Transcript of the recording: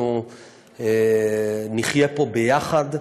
אנחנו נחיה פה יחד.